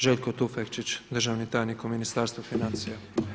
Željko Tufkečić državni tajnik u Ministarstvu financija.